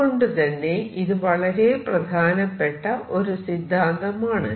അതുകൊണ്ടുതന്നെ ഇത് വളരെ പ്രധാനപ്പെട്ട ഒരു സിദ്ധാന്തമാണ്